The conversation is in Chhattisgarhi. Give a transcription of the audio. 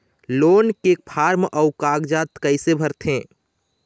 लोन के फार्म अऊ कागजात कइसे भरथें?